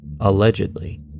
allegedly